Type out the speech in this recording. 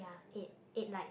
ya eight eight light